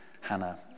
Hannah